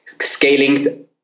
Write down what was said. scaling